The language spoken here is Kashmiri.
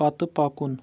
پتہٕ پکُن